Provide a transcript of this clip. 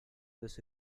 those